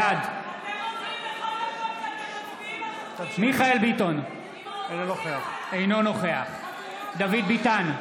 בעד מיכאל מרדכי ביטון, אינו נוכח דוד ביטן,